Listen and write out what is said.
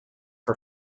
for